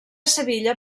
sevilla